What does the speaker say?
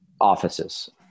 offices